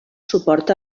suport